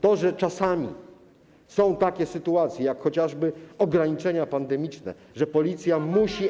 To, że czasami są takie sytuacje jak chociażby ograniczenia pandemiczne, że Policja musi.